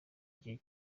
gihe